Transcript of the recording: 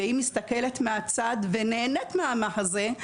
והיא מסתכלת מהצד ונהנית מהמחזה.